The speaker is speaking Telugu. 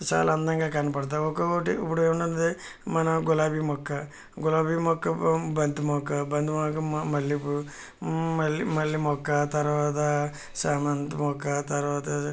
చాలా అందంగా కనపడతాయి ఒక్కొక్కటి ఇప్పుడు ఏముంది మన గులాబీ మొక్క గులాబీ మొక్క బంతి మొక్క బంతి మొక్క మల్లెపూవు మ మల్లె మొక్క తర్వాత చామంతి మొక్క తర్వాత